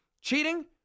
cheating